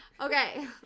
Okay